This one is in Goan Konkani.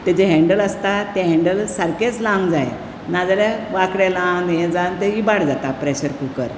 ताचे हेंडल आसता ते हेंडल सारकेंच लावंक जाय ना जाल्यार वाकडे जावन हे जावन ते पिड्डयार जाता प्रेशर कूकर